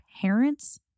parents